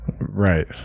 right